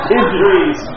injuries